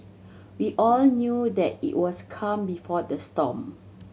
we all knew that it was calm before the storm